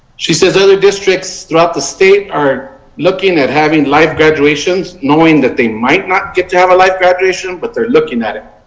she says other districts throughout the state are looking at having live graduations knowing that they might not get to have a live graduation that but they are looking at it.